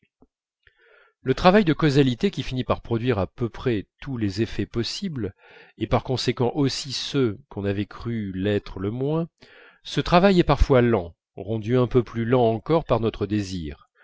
le travail de causalité qui finit par produire à peu près tous les effets possibles et par conséquent aussi ceux qu'on avait cru l'être le moins ce travail est parfois lent rendu un peu plus lent encore par notre désir